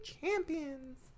champions